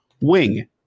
wing